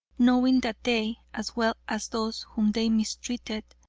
knowing that they, as well as those whom they mistreated,